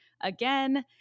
again